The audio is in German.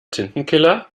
tintenkiller